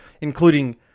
including